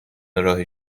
راه